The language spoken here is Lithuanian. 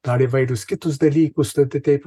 dar įvairūs kitus dalykus tai tai taip